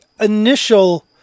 initial